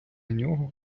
нього